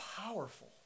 powerful